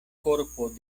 korpo